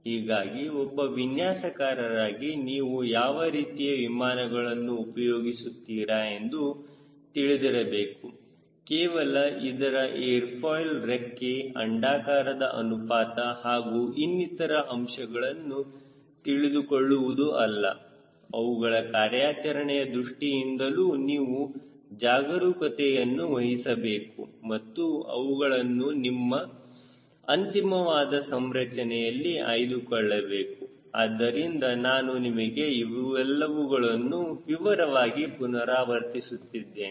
ಹೀಗಾಗಿ ಒಬ್ಬ ವಿನ್ಯಾಸಕಾರರಾಗಿ ನೀವು ಯಾವ ರೀತಿಯ ವಿಮಾನಗಳನ್ನು ಉಪಯೋಗಿಸುತ್ತೀರಾ ಎಂದು ತಿಳಿದಿರಬೇಕು ಕೇವಲ ಅದರ ಏರ್ ಫಾಯ್ಲ್ ರೆಕ್ಕೆ ಅಂಡಾಕಾರದ ಅನುಪಾತ ಹಾಗೂ ಇನ್ನಿತರ ಅಂಶಗಳನ್ನು ತಿಳಿದುಕೊಳ್ಳುವುದು ಅಲ್ಲ ಅವುಗಳ ಕಾರ್ಯಾಚರಣೆಯ ದೃಷ್ಟಿಯಿಂದಲೂ ನೀವು ಜಾಗರೂಕತೆಯನ್ನುವಹಿಸಬೇಕು ಮತ್ತು ಅವುಗಳನ್ನು ನಮ್ಮ ಅಂತಿಮವಾದ ಸಂರಚನೆಯಲ್ಲಿ ಆಯ್ದುಕೊಳ್ಳಬೇಕು ಆದ್ದರಿಂದ ನಾನು ನಿಮಗೆ ಇವೆಲ್ಲವುಗಳನ್ನು ವಿವರವಾಗಿ ಪುನರಾವರ್ತಿಸುತ್ತಿದ್ದೇನೆ